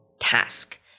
task